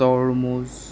তৰমুজ